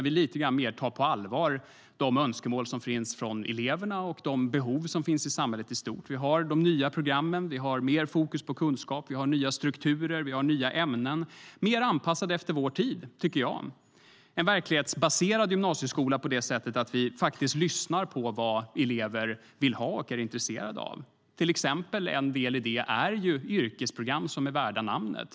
Vi tar elevernas önskemål på allvar och ser till de behov som finns i samhället. Vi har nya program, vi har mer fokus på kunskap, vi har nya strukturer och nya ämnen - allt är mer anpassat efter vår tid, tycker jag. Det är en verklighetsbaserad gymnasieskola på det sättet att vi lyssnar på vad elever vill ha och är intresserade av. En del i det är yrkesprogram som är värda namnet.